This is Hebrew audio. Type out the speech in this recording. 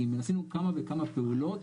עשינו כמה וכמה פעולות,